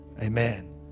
Amen